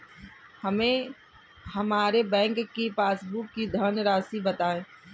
हमें हमारे बैंक की पासबुक की धन राशि बताइए